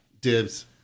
Dibs